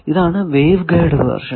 ഇതാണ് wave guide version